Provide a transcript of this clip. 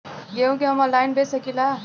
गेहूँ के हम ऑनलाइन बेंच सकी ला?